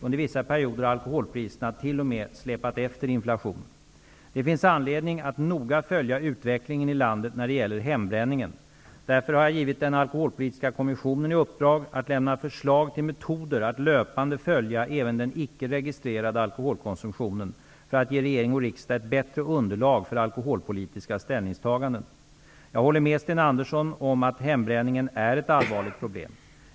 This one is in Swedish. Under vissa perioder har alkoholpriserna t.o.m. släpat efter inflationen. Det finns anledning att noga följa utvecklingen i landet när det gäller hembränningen. Därför har jag givit den alkoholpolitiska kommissionen i uppdrag att lämna förslag till metoder att löpande följa även den icke-registrerade alkoholkonsumtionen, för att ge regering och riksdag ett bättre underlag för alkoholpolitiska ställningstaganden. Jag håller med Sten Andersson om att hembränningen är ett allvarligt problem.